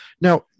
Now